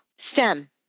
Stem